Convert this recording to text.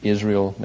Israel